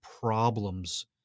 problems